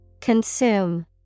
Consume